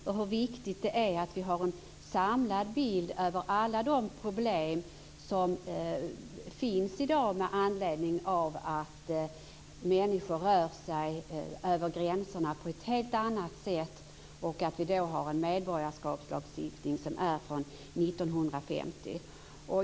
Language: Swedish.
Det är viktigt att vi har en samlad bild över alla de problem som finns i dag med anledning av att människor rör sig över gränserna på ett helt annat sätt. Den nuvarande medborgarskapslagstiftningen är från 1950.